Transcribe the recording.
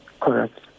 Correct